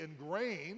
ingrained